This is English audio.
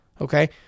okay